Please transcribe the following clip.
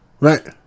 Right